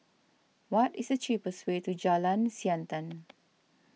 what is the cheapest way to Jalan Siantan